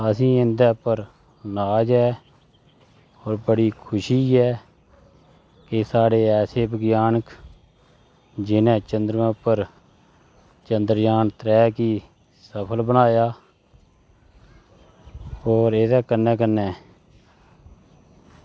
असेंगी उंदे पर नाज़ ऐ होर बड़ी खुशी ऐ की साढ़े ऐसे वैज्ञानिक जिनें चंद्रमा पर चंद्रयान त्रैऽ गी सफल बनाया होर एह्दे कन्नै कन्नै